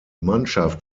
mannschaft